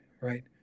right